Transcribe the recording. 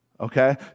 okay